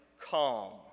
calm